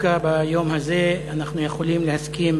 שדווקא ביום הזה אנחנו יכולים להסכים